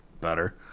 better